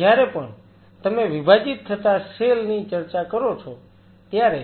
જ્યારે પણ તમે વિભાજીત થતા સેલ ની ચર્ચા કરો છો ત્યારે